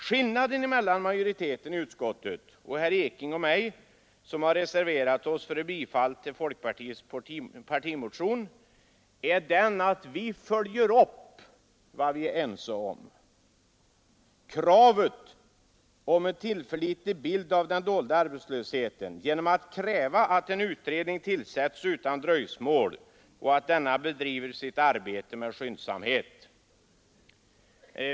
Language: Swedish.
Skillnaden mellan majoriteten i utskottet och herr Ekinge och mig, som har reserverat oss för ett bifall till folkpartiets partimotion, är den att vi följer upp vad vi är ense om, nämligen kravet på en tillförlitlig bild av den dolda arbetslösheten, genom att kräva att en utredning tillsätts utan dröjsmål och att denna bedriver sitt arbete med skyndsamhet.